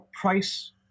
price